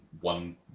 one